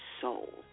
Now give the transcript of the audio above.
soul